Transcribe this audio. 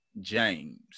James